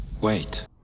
wait